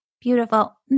Beautiful